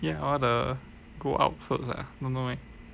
ya all the go out clothes ah don't know eh